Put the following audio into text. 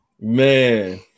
man